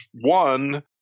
one